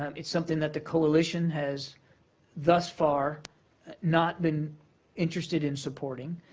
um it's something that the coalition has thus far not been interested in supporting.